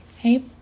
Hey